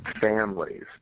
families